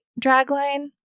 Dragline